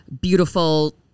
beautiful